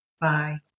Bye